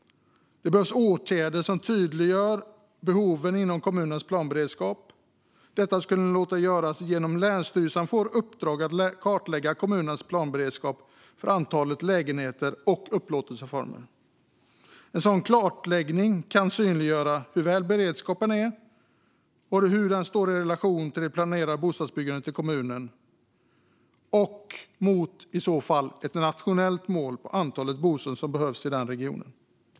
Det behövs åtgärder som tydliggör behoven inom kommunernas planberedskap. Detta skulle låta sig göras genom att länsstyrelsen får i uppdrag att kartlägga kommunernas planberedskap för antalet lägenheter och upplåtelseformer. En sådan kartläggning kan synliggöra hur väl beredskapen står sig i relation till det planerade bostadsbyggandet i kommunen och till, i så fall, ett nationellt mål för antalet bostäder som behövs i den regionen.